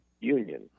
Union